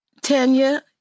Tanya